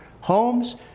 homes